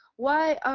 why